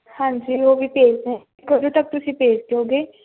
ਹਾਂਜੀ ਉਹ ਵੀ ਭੇਜ ਦੇ ਕਦੋਂ ਤੱਕ ਤੁਸੀਂ ਭੇਜ ਦਓਗੇ